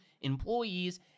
employees